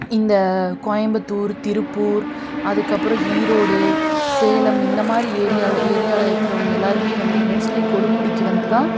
இந்த கோயம்புத்தூர் திருப்பூர் அதுக்கப்புறம் ஈரோடு சேலம் இந்தமாதிரி ஏரியாவில் ஏரியாவில் இருக்கிறவங்க எல்லோருமே வந்து மோஸ்ட்லி கொடுமுடிக்கு வந்துதான்